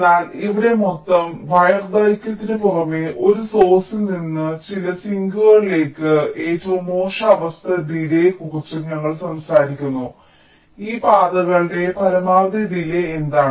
എന്നാൽ ഇവിടെ മൊത്തം വയർ ദൈർഘ്യത്തിനു പുറമേ ഒരു സോഴ്സ്ൽ നിന്ന് ചില സിങ്കുകളിലേക്കുള്ള ഏറ്റവും മോശം അവസ്ഥ ഡിലേയ്യ്ക്കുറിച്ചും ഞങ്ങൾ സംസാരിക്കുന്നു ഈ പാതകളുടെ പരമാവധി ഡിലേയ്യ് എന്താണ്